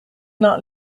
not